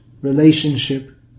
relationship